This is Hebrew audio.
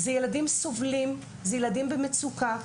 זה ילדים סובלים, זה ילדים במצוקה.